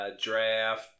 draft